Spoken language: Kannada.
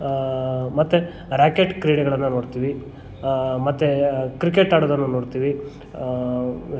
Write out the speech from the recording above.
ಮತ್ತು ರಾಕೆಟ್ ಕ್ರೀಡೆಗಳನ್ನು ನೋಡ್ತೀವಿ ಮತ್ತು ಕ್ರಿಕೆಟ್ ಆಡೋದನ್ನು ನೋಡ್ತೀವಿ